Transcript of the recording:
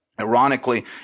Ironically